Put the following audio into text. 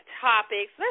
topics